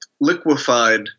liquefied